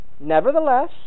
Nevertheless